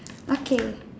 okay